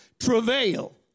travail